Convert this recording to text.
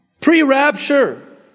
Pre-rapture